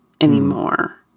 anymore